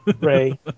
Ray